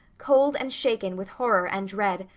cold and shaken with horror and dread,